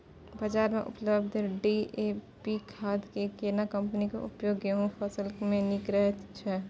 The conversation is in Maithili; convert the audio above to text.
बाजार में उपलब्ध डी.ए.पी खाद के केना कम्पनी के उपयोग गेहूं के फसल में नीक छैय?